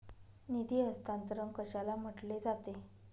निधी हस्तांतरण कशाला म्हटले जाते?